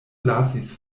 lasis